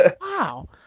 Wow